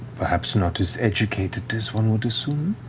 perhaps not as educated as one would assume?